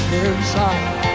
inside